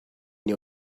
new